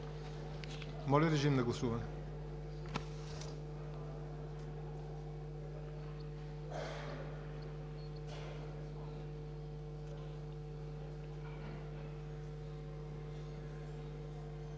Моля, режим на гласуване